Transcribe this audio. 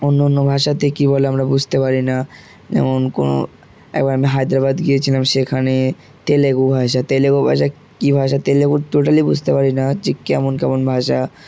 অন্য অন্য ভাষাতে কী বলে আমরা বুঝতে পারি না যেমন কোনো একবার আমি হায়দ্রাবাদ গিয়েছিলাম সেখানে তেলেগু ভাষা তেলেগু ভাষা কী ভাষা তেলেগু টোটালি বুঝতে পারি না যে কেমন কেমন ভাষা